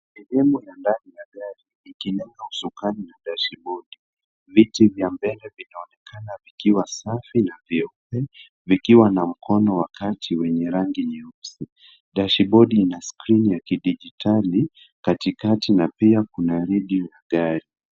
Sehemu ya ndani ya gari ikilenga usukani na dashibodi. Viti vya mbele vinaonekana vikiwa safi na vyeupe vikiwa na mkono wa kati wenye rangi nyeusi. Dashibodi ina skrini ya kidijitali katikati na pia kuna redio ya gari.